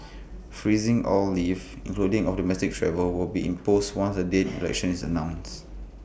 freezing all leave including domestic travel will be imposed once the date election is announced